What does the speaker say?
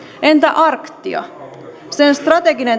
entä arctia sen strateginen